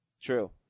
True